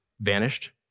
vanished